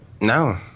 no